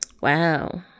Wow